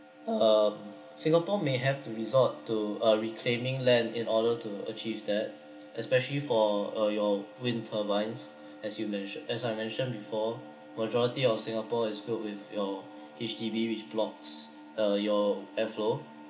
um singapore may have to resort to a reclaiming land in order to achieve that especially for uh your wind turbines as you mention as I mentioned before majority of singapore is filled with your H_D_B which blocks uh your airflow